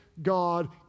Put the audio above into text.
God